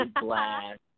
blast